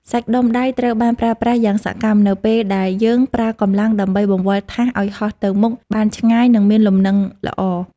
សាច់ដុំដៃត្រូវបានប្រើប្រាស់យ៉ាងសកម្មនៅពេលដែលយើងប្រើកម្លាំងដើម្បីបង្វិលថាសឱ្យហោះទៅមុខបានឆ្ងាយ និងមានលំនឹងល្អ។